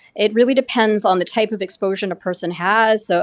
it really depends on the type of exposure a person has. so,